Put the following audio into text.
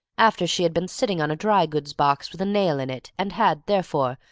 after she had been sitting on a dry-goods box with a nail in it, and had, therefore,